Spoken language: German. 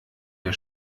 der